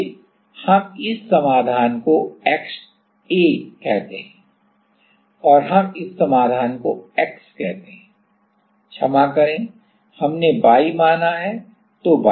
आइए हम इस समाधान को xa कहते हैं और हम इस समाधान को x कहते हैं क्षमा करें हमने y माना है तो y दें